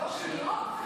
שלוש שניות?